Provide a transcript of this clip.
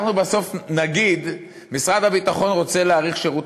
אנחנו בסוף נגיד: משרד הביטחון רוצה להאריך את שירות